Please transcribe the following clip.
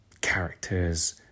characters